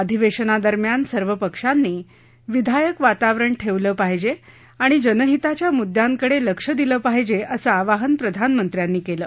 अधिवेशनादरम्यान सर्व पक्षांनी विधायक वातावरण ठेवलं पाहिजे आणि जनहिताच्या मुद्दयांकडे लक्ष दिलं पाहिजे असं आवाहन प्रधानमंत्र्यांनी केलं